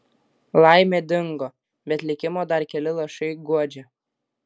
laimė dingo bet likimo dar keli lašai guodžia